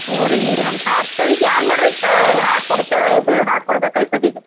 ಹ್ಞೂ ರೀ ಹೆಂಗೆ ಹಾಕ್ತೇವೆ ಈಗ ಏನ್ ಮಾಡಿರಿ ಹಾಕ್ಕೊಡ್ತೀವಿ ಇದು ಹಾಕ್ಕೊಡ್ಬೇಕಾಯ್ತದೆ ಈಗ